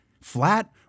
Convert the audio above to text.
flat